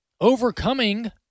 overcoming